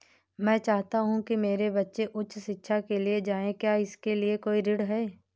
मैं चाहता हूँ कि मेरे बच्चे उच्च शिक्षा के लिए जाएं क्या इसके लिए कोई ऋण है?